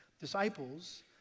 disciples